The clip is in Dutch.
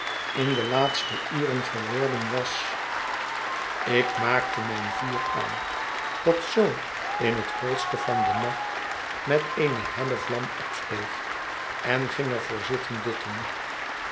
in de laatste uren geworden was ik maakte mijn vuur aan dat zoo in het holste van den nacht met eene helle vlam opsteeg en ging er voor zitten dutten